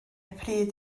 pryd